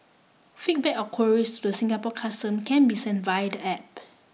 feedback or queries to the Singapore Custom can be sent via the App